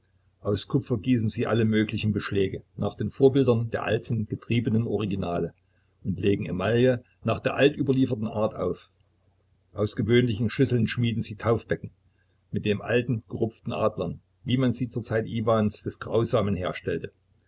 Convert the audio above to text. aus kupfer gießen sie alle möglichen beschläge nach den vorbildern der alten getriebenen originale und legen emaille nach der altüberlieferten art auf aus gewöhnlichen schüsseln schmieden sie taufbecken mit den alten gerupften adlern wie man sie zur zeit iwans des grausamen herstellte